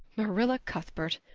marilla cuthbert,